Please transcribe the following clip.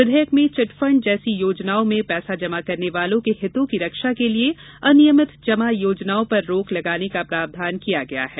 विधेयक में चिटफंड जैसी योजनाओं में पैसा जमा करने वालों के हितों की रक्षा के लिए अनियमित जमा योजनाओं पर रोक लगाने का प्रावधान किया गया है